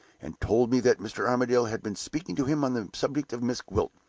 and told me that mr. armadale had been speaking to him on the subject of miss gwilt,